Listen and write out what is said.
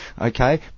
Okay